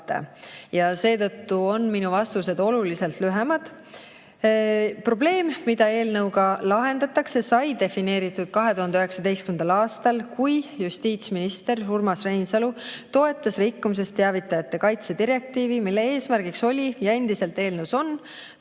Seetõttu on minu vastused oluliselt lühemad. Probleem, mida eelnõuga lahendatakse, sai defineeritud 2019. aastal, kui justiitsminister Urmas Reinsalu toetas rikkumisest teavitaja kaitse direktiivi, mille eesmärk oli ja eelnõu